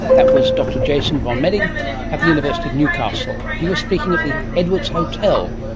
that was dr jason von meding at the university of newcastle. he was speaking at the edwards hotel,